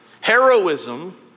Heroism